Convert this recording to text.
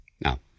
Now